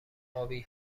ابی